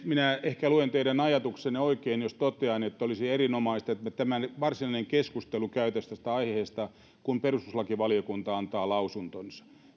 minä ehkä luen teidän ajatuksenne oikein jos totean että olisi erinomaista että me tämän varsinaisen keskustelun kävisimme tästä aiheesta kun perustuslakivaliokunta on antanut mietintönsä